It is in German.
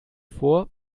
vor